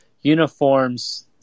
uniforms